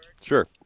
Sure